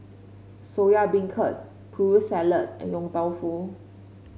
Soya Beancurd Putri Salad and Yong Tau Foo